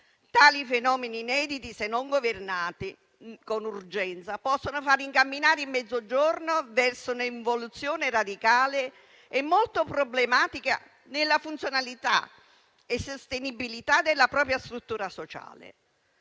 Tali fenomeni inediti, se non governati con urgenza, possono far incamminare in Mezzogiorno verso un'involuzione radicale e molto problematica della funzionalità e della sostenibilità della propria struttura sociale.